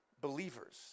believers